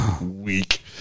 Weak